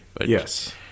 Yes